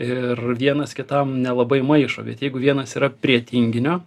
ir vienas kitam nelabai maišo bet jeigu vienas yra prie tinginio